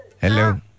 hello